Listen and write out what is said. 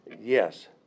Yes